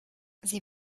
sie